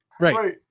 Right